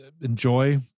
enjoy